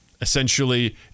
essentially